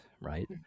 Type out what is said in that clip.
right